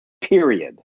period